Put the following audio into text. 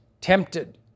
tempted